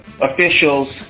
officials